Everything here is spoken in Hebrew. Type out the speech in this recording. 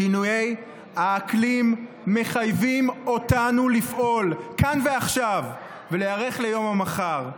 שינויי האקלים מחייבים אותנו לפעול כאן ועכשיו ולהיערך ליום המחר.